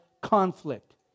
conflict